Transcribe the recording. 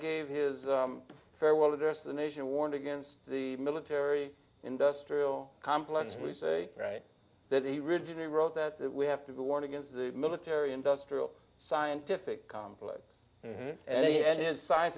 gave his farewell address the nation warned against the military industrial complex we say right there he rigidly wrote that we have to warn against the military industrial scientific complex and he and his science